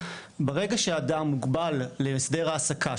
ברגע שאדם מוגבל להסדר העסקה,